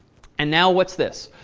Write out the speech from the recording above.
and now, what's this?